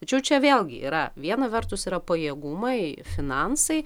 tačiau čia vėlgi yra viena vertus yra pajėgumai finansai